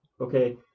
okay